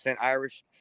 Irish